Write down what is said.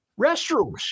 restrooms